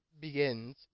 begins